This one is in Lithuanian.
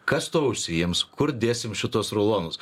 kas tuo užsiims kur dėsim šituos rulonus